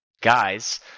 guys